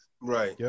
Right